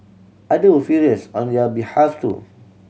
other were furious on their behalf too